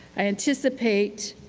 i anticipate